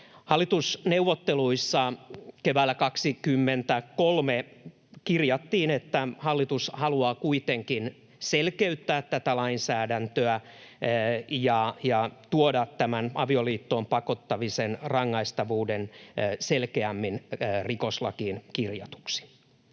Hallitusneuvotteluissa keväällä 23 kirjattiin, että hallitus haluaa kuitenkin selkeyttää tätä lainsäädäntöä ja tuoda tämän avioliittoon pakottamisen rangaistavuuden selkeämmin rikoslakiin kirjatuksi.